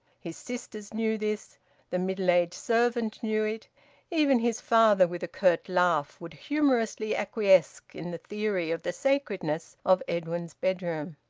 his sisters knew this the middle-aged servant knew it even his father, with a curt laugh, would humorously acquiesce in the theory of the sacredness of edwin's bedroom.